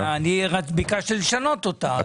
ביקשתי לשנות אותה.